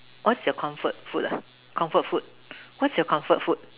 what is your comfort food ah comfort food what is your comfort food